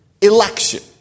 election